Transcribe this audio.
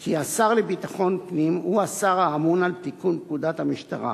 כי השר לביטחון פנים הוא השר האמון על תיקון פקודת המשטרה.